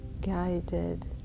guided